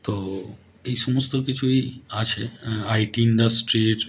তো এই সমস্ত কিছুই আছে আইটি ইন্ডাস্ট্রির